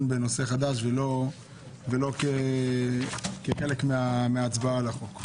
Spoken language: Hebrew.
בנושא חדש ולא כחלק מההצבעה על החוק.